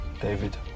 David